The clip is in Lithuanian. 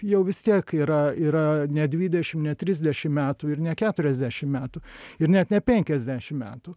jau vis tiek yra yra ne dvidešim trisdešim metų ir ne keturiasdešim metų ir net ne penkiasdešim metų